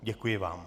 Děkuji vám.